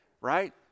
Right